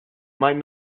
might